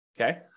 Okay